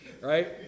right